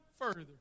further